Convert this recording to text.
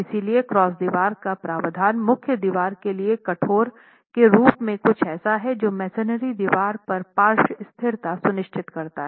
इसलिए क्रॉस दीवार का प्रावधान मुख्य दीवार के लिए कठोर के रूप कुछ ऐसा हैं जो मेसनरी दीवार पर पार्श्व स्थिरता सुनिश्चित करता है